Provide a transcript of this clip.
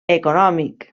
econòmic